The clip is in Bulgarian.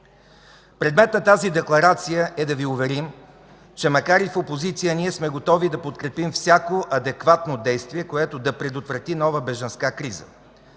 Предмет на тази декларация е да Ви уверим, че макар и в опозиция, ние сме готови да подкрепим всяко адекватно действие, което да предотврати нова бежанска криза.